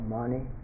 money